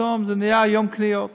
פתאום זה נהיה יום קניות,